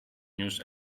news